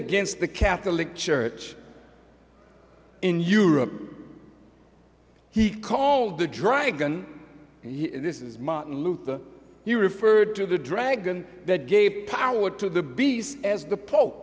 against the catholic church in europe he called the dragon this is martin luther you referred to the dragon that gay power to the beast as the pope